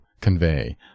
convey